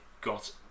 got